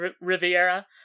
Riviera